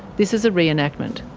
this is a re-enactment.